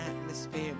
atmosphere